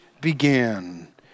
began